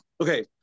okay